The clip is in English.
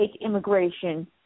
immigration